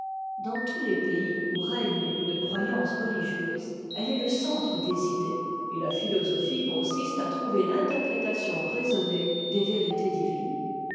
dans tous les pays où règne une croyance religieuse elle est le centre des idées et la philosophie consiste à trouver l'interprétation raisonnée des vérités divines